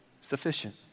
sufficient